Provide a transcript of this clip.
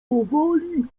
powoli